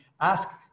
ask